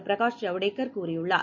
பிரகாஷ் ஜவடேகர் கூறியுள்ளார்